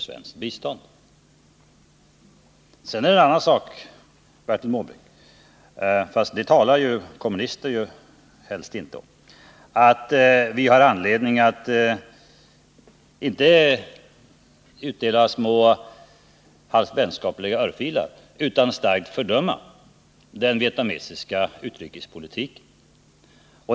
Sedan är det en annan sak, Bertil Måbrink — fast det talar ju kommunister helst inte om — att vi har anledning att inte utdela små halvt vänskapliga örfilar utan att starkt fördöma den vietnamesiska utrikespolitiken.